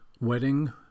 wedding